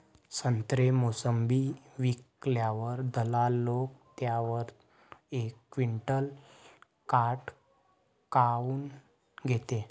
संत्रे, मोसंबी विकल्यावर दलाल लोकं त्याच्यावर एक क्विंटल काट काऊन घेते?